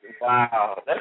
Wow